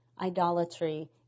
idolatry